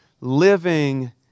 living